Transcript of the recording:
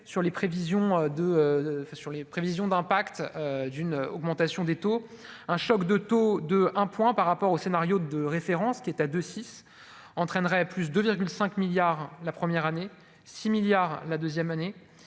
sur les prévisions d'pacte d'une augmentation des taux, un choc de taux de 1 point par rapport au scénario de référence qui est à deux 6 entraînerait plus de 5 milliards la première année, 6 milliards la deuxième année